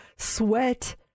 Sweat